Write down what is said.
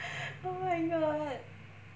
oh my god